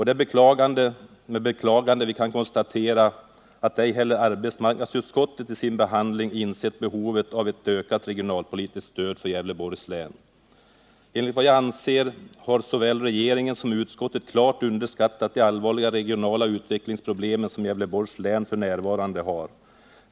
Det är med beklagande vi kan konstatera att ej heller arbetsmarknadsutskottet i sin behandling insett behovet av ett ökat regionalpolitiskt stöd för Gävleborgs län. Enligt min mening har såväl regeringen som utskottet klart underskattat de allvarliga regionala utvecklingsproblem som Gävleborgs län f. n. har.